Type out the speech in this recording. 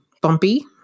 bumpy